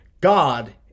God